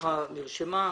והתנגדותך נרשמה.